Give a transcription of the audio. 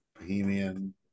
Bohemian